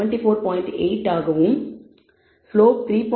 8 ஆகவும் ஸ்லோப் 3